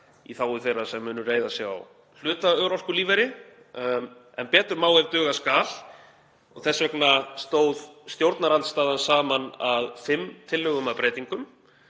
í þágu þeirra sem munu reiða sig á hlutaörorkulífeyri. En betur má ef duga skal og þess vegna stóð stjórnarandstaðan saman að fimm tillögum að breytingum.